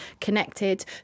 connected